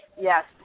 Yes